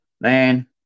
man